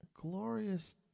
Glorious